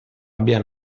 abbia